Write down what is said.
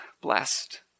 Blessed